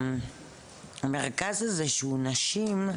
המרכז הזה שהוא נשים,